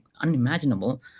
unimaginable